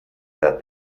edad